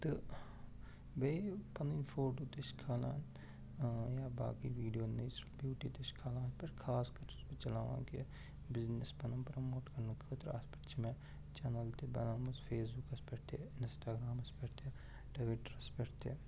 تہٕ بیٚیہِ پَنٕنۍ فوٹو تہِ چھِ کھالان یا باقٕے ویٖڈیو نِش بیوٗٹی تہِ چھِ کھالان اَتھ پٮ۪ٹھ خاص کر چھُس بہٕ چلاوان کہ بِزنِس پَنُن پرموٹ کرنہٕ خٲطرٕ اَتھ پٮ۪ٹھ چھِ مےٚ چَینَل تہِ بنٲومٕژ فیس بُکَس پٮ۪ٹھ تہِ اِنسٹاگرامَس پٮ۪ٹھ تہِ ٹُویٖٹَرَس پٮ۪ٹھ تہِ